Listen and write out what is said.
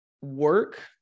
Work